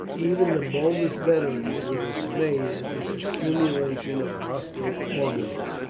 even the boldest veterans were dismayed at this accumulation of hostile auguries.